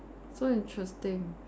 so interesting